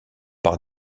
par